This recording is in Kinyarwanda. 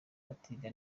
batiga